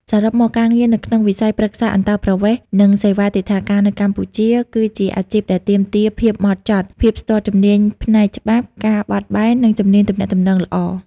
សរុបមក ការងារនៅក្នុងវិស័យប្រឹក្សាអន្តោប្រវេសន៍ និងសេវាទិដ្ឋាការនៅកម្ពុជា គឺជាអាជីពដែលទាមទារភាពម៉ត់ចត់ ភាពស្ទាត់ជំនាញផ្នែកច្បាប់ ការបត់បែន និងជំនាញទំនាក់ទំនងល្អ។